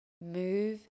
move